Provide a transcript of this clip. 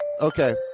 Okay